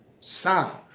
Sound